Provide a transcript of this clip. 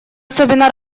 особенно